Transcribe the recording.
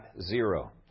zero